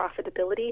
profitability